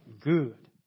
good